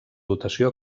dotació